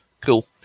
Cool